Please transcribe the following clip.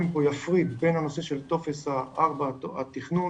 פה יפריד בין הנושא של טופס 4 התכנון,